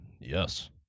yes